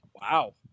Wow